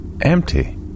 Empty